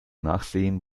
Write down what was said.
nachsehen